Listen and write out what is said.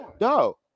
No